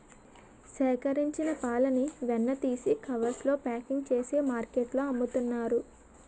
సేకరించిన పాలని వెన్న తీసి కవర్స్ లో ప్యాకింగ్ చేసి మార్కెట్లో అమ్ముతున్నారు